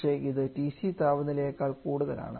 പക്ഷേ ഇത് TC താപനിലയെകാൾ കൂടുതലാണ്